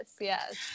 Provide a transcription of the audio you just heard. yes